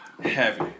heavy